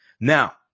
Now